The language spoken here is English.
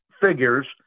figures